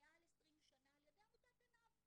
מעל 20 שנה על ידי עמותת 'ענב'.